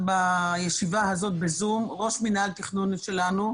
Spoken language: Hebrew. בישיבה הזאת בזום ראש מינהל תכנון שלנו,